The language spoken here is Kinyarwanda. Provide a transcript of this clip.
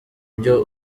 byo